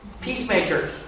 peacemakers